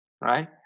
right